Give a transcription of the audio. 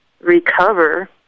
recover